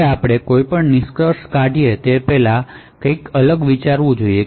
હવે આપણે નિષ્કર્ષ કાઢીએ તે પહેલાં આ કંઈક વિચારવાનું છે